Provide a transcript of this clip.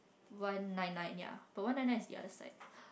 one nine nine yeah but one nine nine is the other side